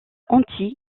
anti